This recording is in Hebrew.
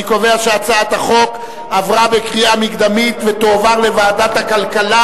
אני קובע שהצעת החוק עברה בקריאה מקדמית ותועבר לוועדת הכלכלה,